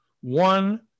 one